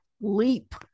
leap